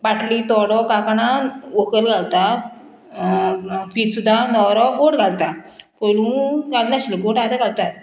बाटली तोडो कांकणां व्हंकल घालता फित सुदां न्हवरो गोट घालता पयलू घालनाशिल्लो गोठ आतां घालतात